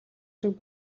шиг